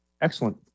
excellent